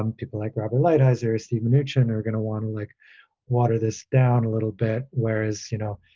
um people like robert lighthizer, steve manoogian are going to want to like water this down a little bit. whereas, you know,